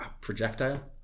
projectile